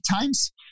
times